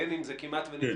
בין אם זה כמעט ונפגע,